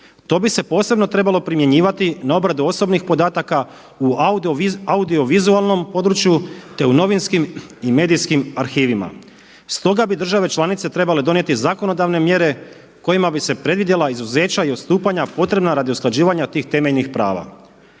to bi se posebno trebalo primjenjivati na obradu osobnih podataka u audio-vizualnom području, te u novinskim i medijskim arhivima. Stoga bi države članice trebale donijeti zakonodavne mjere kojima bi se predvidjela izuzeća i odstupanja potrebna radi usklađivanja tih temeljnih prava.